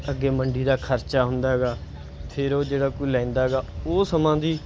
ਅੱਗੇ ਮੰਡੀ ਦਾ ਖਰਚਾ ਹੁੰਦਾ ਹੈਗਾ ਫੇਰ ਉਹ ਜਿਹੜਾ ਕੋਈ ਲੈਂਦਾ ਗਾ ਉਹ ਸਮਾਂ ਦੀ